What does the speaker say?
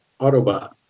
Autobot